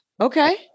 Okay